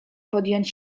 podjąć